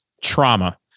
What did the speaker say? trauma